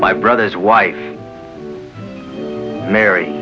my brother's wife mary